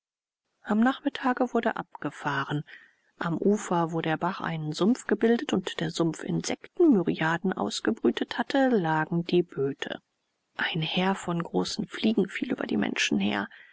am nachmittage wurde abgefahren am ufer wo der bach einen sumpf gebildet und der sumpf insektenmyriaden ausgebrütet hatte lagen die böte ein heer von großen fliegen fiel über die menschen her